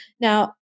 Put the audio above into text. Now